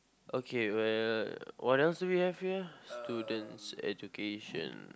okay where what else do we have here students' education